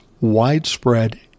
widespread